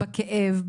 בכאב,